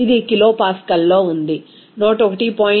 ఇది కిలోపాస్కల్లో ఉంది 101